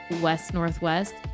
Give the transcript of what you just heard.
west-northwest